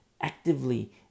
actively